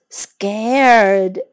scared